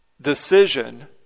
decision